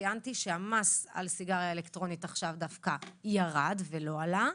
ציינתי שהמס על סיגריה אלקטרונית דווקא ירד ולא עלה,